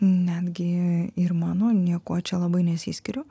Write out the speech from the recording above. netgi ir mano niekuo čia labai nesiskiriu